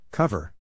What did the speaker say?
Cover